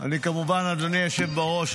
אני כמובן אגיד, אדוני היושב בראש,